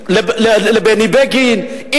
לבני בגין,